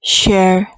share